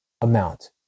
amount